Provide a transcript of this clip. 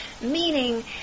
meaning